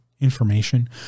information